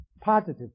positive